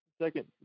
second